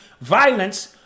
violence